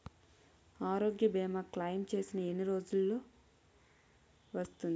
ఆరోగ్య భీమా క్లైమ్ చేసిన ఎన్ని రోజ్జులో వస్తుంది?